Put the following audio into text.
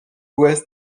ouest